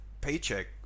paycheck